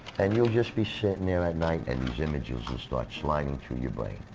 and you'll just be sitting there at night, and these images will start sliding through your brain.